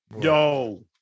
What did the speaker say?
yo